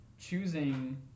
choosing